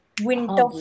winter